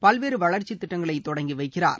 பல்வேறு வளர்ச்சி திட்டங்களை தொடங்கி வைக்கிறார்